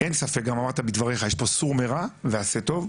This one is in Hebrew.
אין ספק, גם אמרת בדבריך, יש פה סור מרע ועשה טוב.